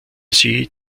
sie